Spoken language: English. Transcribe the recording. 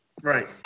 Right